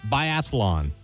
Biathlon